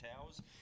Towers